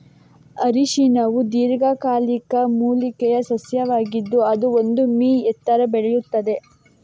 ಅರಿಶಿನವು ದೀರ್ಘಕಾಲಿಕ ಮೂಲಿಕೆಯ ಸಸ್ಯವಾಗಿದ್ದು ಅದು ಒಂದು ಮೀ ಎತ್ತರ ಬೆಳೆಯುತ್ತದೆ